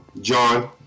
John